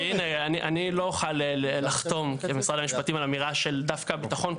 כי אני לא אוכל לחתום למשרד המשפטים על אמירה של דווקא ביטחון,